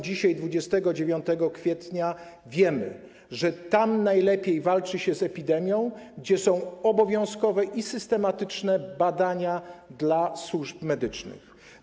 Dzisiaj, 29 kwietnia wiemy, że najlepiej walczy się z epidemią tam, gdzie są obowiązkowe i systematyczne badania dla służb medycznych.